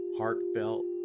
heartfelt